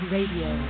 Radio